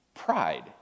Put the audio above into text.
pride